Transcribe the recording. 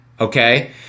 okay